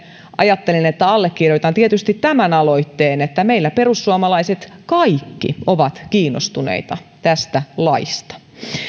ajattelin että allekirjoitan tietysti tämän aloitteen meillä kaikki perussuomalaiset ovat kiinnostuneita tästä laista